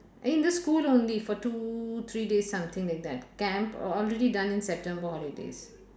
in the school only for two three days something like that camp al~ already done in september holidays